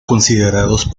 considerados